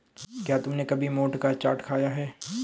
क्या तुमने कभी मोठ का चाट खाया है?